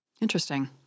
Interesting